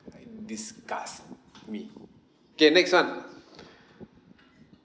disgust me K next one